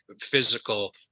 physical